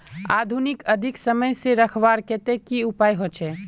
आलूक अधिक समय से रखवार केते की उपाय होचे?